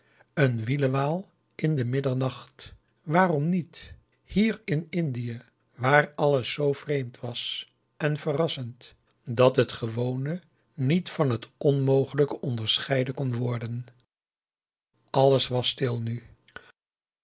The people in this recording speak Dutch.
een wielewaal in den middernacht waarom niet hier in indië waar alles zoo vreemd was en verrassend dat het gewone niet van het onmogelijke onderscheiden kon worden alles was stil nu